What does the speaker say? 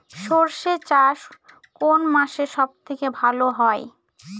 সর্ষে চাষ কোন মাসে সব থেকে ভালো হয়?